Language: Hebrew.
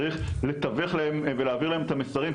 צריך לתווך להם ולהעביר להם את המסרים,